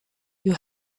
you